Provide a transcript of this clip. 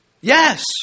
Yes